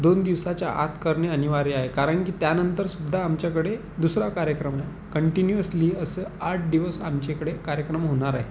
दोन दिवसाच्या आत करणे अनिवार्य आहे कारण की त्यानंतरसुद्धा आमच्याकडे दुसरा कार्यक्रम आहे कंटिन्युअसली असं आठ दिवस आमच्याकडे कार्यक्रम होणार आहे